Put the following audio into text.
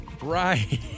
Right